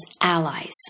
allies